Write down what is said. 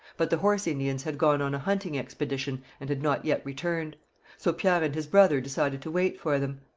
but the horse indians had gone on a hunting expedition and had not yet returned so pierre and his brother decided to wait for them.